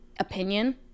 opinion